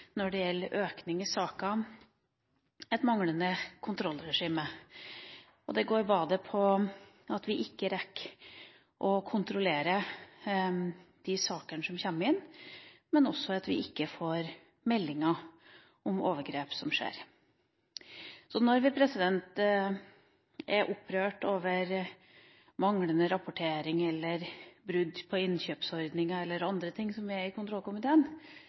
når det gjelder økning i saker og et manglende kontrollregime. Det går både på at man ikke rekker å kontrollere de sakene som kommer inn, og også at man ikke får meldinger om overgrep. Når vi er opprørt over manglende rapportering, brudd på innkjøpsordninga eller andre ting som tas opp i kontrollkomiteen,